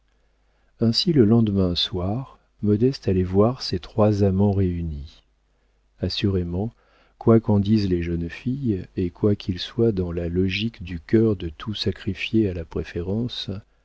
ainsi le lendemain soir modeste allait voir ses trois amants réunis assurément quoi qu'en disent les jeunes filles et quoiqu'il soit dans la logique du cœur de tout sacrifier à la préférence